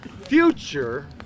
future